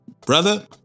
brother